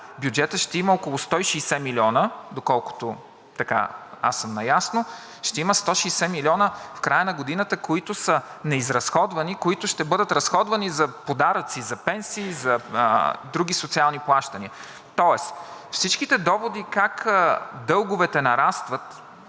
Бюджетът ще има около 160 милиона, доколкото аз съм наясно. Ще има 160 милиона в края на годината, които са неизразходвани, които ще бъдат разходвани за подаръци, за пенсии и за други социални плащания. Тоест всичките доводи как дълговете нарастват